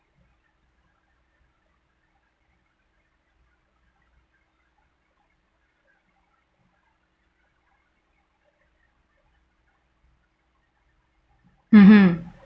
mmhmm